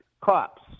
Cops